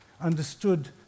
understood